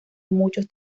muchos